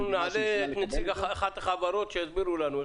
אנחנו נעלה את נציג אחת החברות שיסבירו לנו.